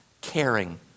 caring